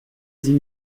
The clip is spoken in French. dix